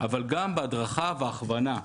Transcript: אבל גם בהדרכה ובהכוונה.